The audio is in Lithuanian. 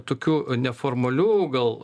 tokių neformalių gal